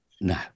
No